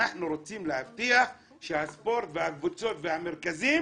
אנחנו רוצים להבטיח שהספורט, הקבוצות והמרכזים